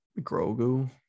Grogu